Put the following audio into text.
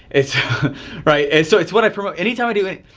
it's right. so it's what i promote, anytime i do it.